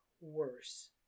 worse